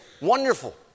wonderful